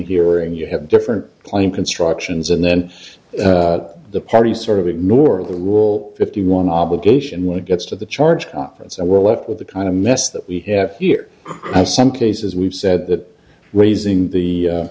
hear and you have different claim constructions and then the party sort of ignore the rule fifty one obligation when it gets to the charge conference and we're left with the kind of mess that we have here some cases we've said that raising the